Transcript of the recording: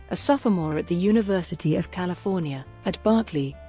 a sophomore at the university of california at berkeley,